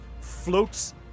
floats